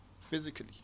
physically